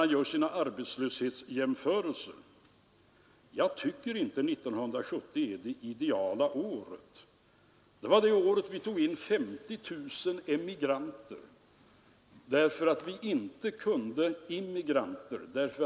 Jag var en av hans flitiga läsare och lärjungar på den tiden och reste runt i det här landet och höll 300 föredrag om året om Keynes” idéer.